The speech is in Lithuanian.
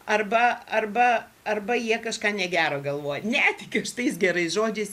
arba arba arba jie kažką negero galvoja netikiu tais gerais žodžiais